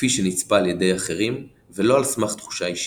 כפי שנצפה על ידי אחרים, ולא על סמך תחושה אישית.